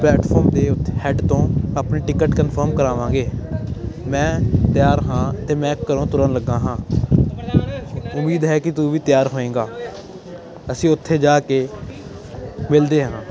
platform ਦੇ head ਤੋਂ ਆਪਣੀ ਟਿਕਟ ਕਨਫਰਮ ਕਰਾਵਾਂਗੇ ਮੈਂ ਤਿਆਰ ਹਾਂ ਅਤੇ ਮੈਂ ਘਰੋਂ ਤੁਰਨ ਲੱਗਾ ਹਾਂ ਉਮੀਦ ਹੈ ਕਿ ਤੂੰ ਵੀ ਤਿਆਰ ਹੋਏਂਗਾ ਅਸੀਂ ਉੱਥੇ ਜਾ ਕੇ ਮਿਲਦੇ ਹਾਂ